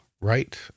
right